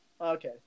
Okay